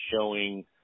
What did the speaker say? showing